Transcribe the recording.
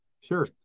sure